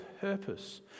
purpose